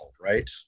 right